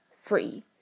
free